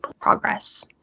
progress